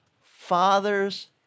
father's